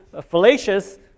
fallacious